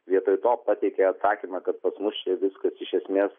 vietoj to pateikė atsakymą kad pas mus čia viskas iš esmės